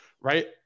right